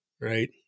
right